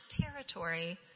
territory